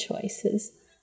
choices